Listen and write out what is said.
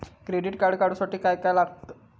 Credit card काढूसाठी काय काय लागत?